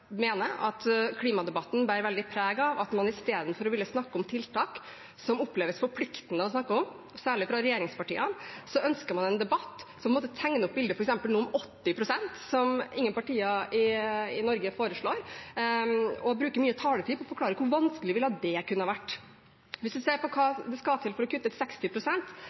mener at klimadebatten bærer veldig mye preg av at istedenfor å ville snakke om tiltak som oppleves forpliktende å snakke om – særlig fra regjeringspartiene – ønsker man en debatt som tegner opp et bilde om f.eks. 80 pst., noe som ingen partier i Norge foreslår, og man bruker mye taletid på å forklare hvor vanskelig det kunne ha vært. Hvis man ser på hva som skal til for å kutte